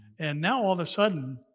and now all of a sudden,